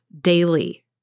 daily